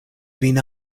vin